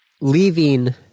leaving